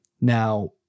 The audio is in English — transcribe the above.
Now